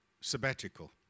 sabbatical